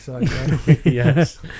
Yes